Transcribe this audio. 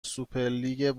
سوپرلیگ